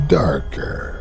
darker